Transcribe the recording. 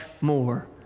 more